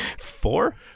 Four